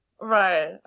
Right